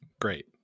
Great